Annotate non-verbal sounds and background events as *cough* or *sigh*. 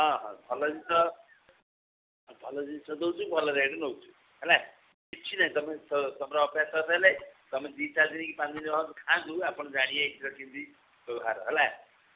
ହଁ ହଁ ଭଲ ଜିନିଷ ଭଲ ଜିନିଷ ଦେଉଚୁ ଭଲ ରେଟ୍ ନେଉଛୁ ହେଲା କିଛି ନାଇ ତୁମର ଅପରେସନ୍ ହେଲେ ତୁମେ ଦି ଚାରି ଦିନ କି ପାଞ୍ଚ ଦିନ ରୁହନ୍ତୁ ଖାଆନ୍ତୁ ଆପଣ ଜାଣିବେ *unintelligible* ହେଲା